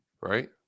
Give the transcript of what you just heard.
right